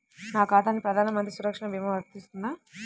నా ఖాతాకి ప్రధాన మంత్రి సురక్ష భీమా వర్తిస్తుందా?